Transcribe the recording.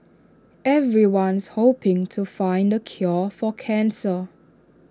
everyone's hoping to find the cure for cancer